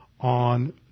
on